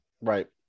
right